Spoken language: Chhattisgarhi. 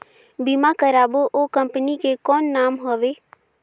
बीमा करबो ओ कंपनी के कौन नाम हवे?